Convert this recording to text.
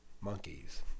monkeys